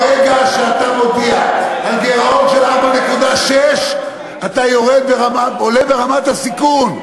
ברגע שאתה מודיע על גירעון של 4.6 אתה עולה ברמת הסיכון.